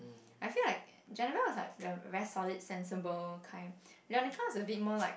I feel like Janabelle is like the very solid sensible kind Leonica is a bit more like